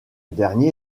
dernier